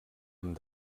amb